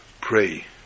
pray